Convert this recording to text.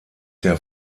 der